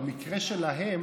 במקרה שלהם